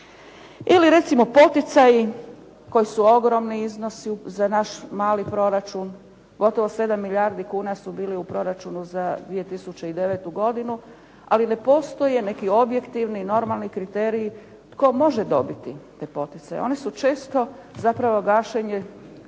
Ili recimo poticaji koji su ogromni iznosi za naš mali proračun. Gotovo 7 milijardi kuna su bili u proračunu za 2009. godinu, ali ne postoje neki objektivni i normalni kriteriji tko može dobiti te poticaje. Oni su često zapravo gašenje vatre